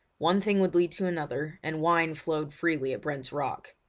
one thing would lead to another, and wine flowed freely at brent's rock.